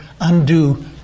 undo